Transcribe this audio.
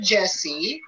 Jesse